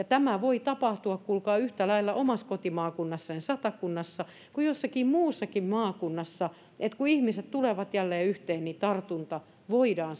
tämä voi tapahtua kuulkaa yhtä lailla omassa kotimaakunnassani satakunnassa kuin jossakin muussakin maakunnassa että kun ihmiset tulevat jälleen yhteen niin tartunta voidaan